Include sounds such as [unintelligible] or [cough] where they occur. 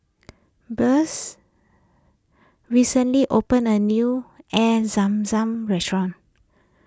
[unintelligible] recently opened a new Air Zam Zam restaurant